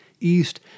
east